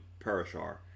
Parashar